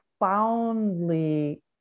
profoundly